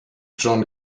john